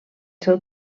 seu